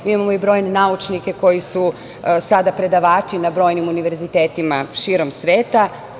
Mi imamo i brojne naučnike koji su sada predavači na brojnim univerzitetima širom sveta.